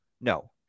No